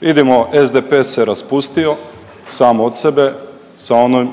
Vidimo SDP se raspustio sam od sebe